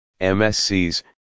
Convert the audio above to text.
MSCs